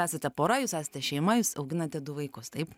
esate pora jūs esate šeima jūs auginate du vaikus taip